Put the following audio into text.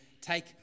take